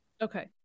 Okay